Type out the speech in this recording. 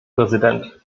präsident